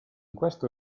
questo